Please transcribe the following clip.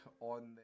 on